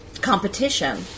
competition